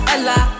Ella